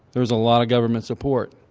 there was a lot of government support.